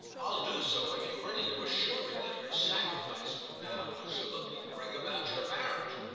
i'll do so if you're ready to assure me that her sacrifice would now presumably bring about your marriage.